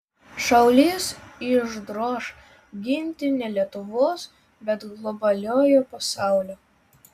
šaulys išdroš ginti ne lietuvos bet globaliojo pasaulio